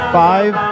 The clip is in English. five